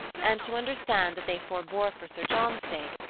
and to understand that they forbore for sir john's sake,